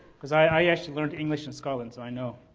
because i actually learned english in scotland, so i know.